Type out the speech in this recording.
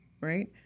right